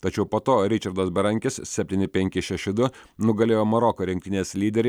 tačiau po to ričardas berankis septyni penki šeši du nugalėjo maroko rinktinės lyderį